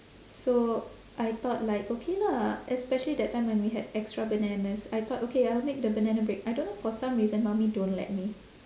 so I thought like okay lah especially that time when we had extra bananas I thought okay I'll make the banana bread I don't know for some reason mummy don't let me